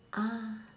ah